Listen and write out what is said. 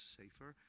safer